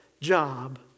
job